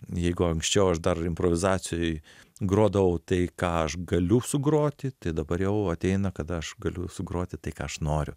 jeigu anksčiau aš dar improvizacijoj grodavau tai ką aš galiu sugroti tai dabar jau ateina kad aš galiu sugroti tai ką aš noriu